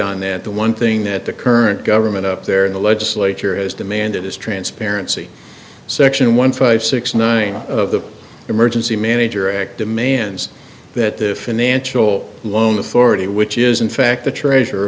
on that the one thing that the current government up there in the legislature has demanded is transparency section one five six nine of the emergency manager act demands that the financial loan authority which is in fact the treasurer